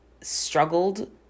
struggled